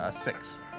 Six